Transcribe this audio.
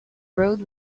road